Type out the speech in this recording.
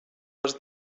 les